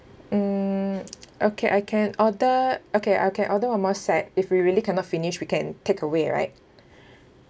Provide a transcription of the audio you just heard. mm okay I can order okay I can order one more set if we really cannot finish we can takeaway right